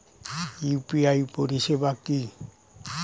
UPI পরিষেবা কি?